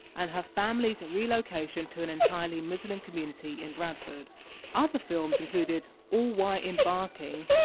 and her family's and relocation to an entirely muslim community in bradford other films included all white in barking,